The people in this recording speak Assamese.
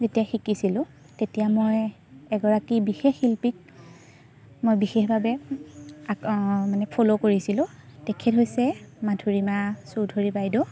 যেতিয়া শিকিছিলোঁ তেতিয়া মই এগৰাকী বিশেষ শিল্পীক মই বিশেষভাৱে মানে ফ'ল' কৰিছিলোঁ তেখেত হৈছে মাধুৰীমা চৌধুৰী বাইদেউ